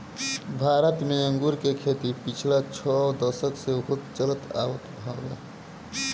भारत में अंगूर के खेती पिछला छह दशक से होत चलत आवत हवे